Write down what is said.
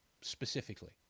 specifically